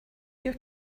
your